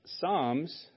psalms